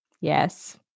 Yes